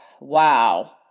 wow